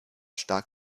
stark